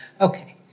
Okay